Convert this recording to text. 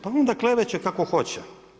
Pa onda kleveće kako hoće.